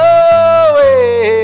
away